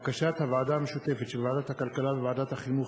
בקשת הוועדה המשותפת של ועדת הכלכלה וועדת החינוך,